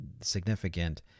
significant